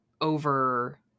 over